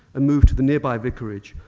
and moved to the nearby vicarage,